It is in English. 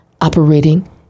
operating